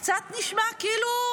זה קצת נשמע כאילו,